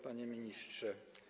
Panie Ministrze!